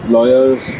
Lawyers